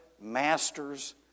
master's